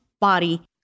body